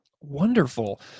Wonderful